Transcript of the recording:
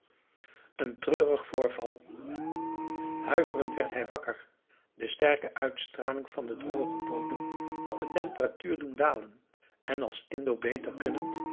een treurig voorval huiverend werd hij wakker de sterke uitstraling van den drogen bodem had de temperatuur doen dalen en als indo beter kunnend